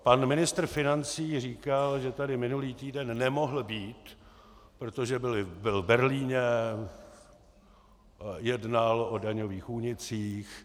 Pan ministr financí říkal, že tady minulý týden nemohl být, protože byl v Berlíně, jednal o daňových únicích.